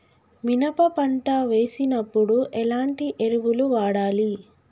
మినప పంట వేసినప్పుడు ఎలాంటి ఎరువులు వాడాలి?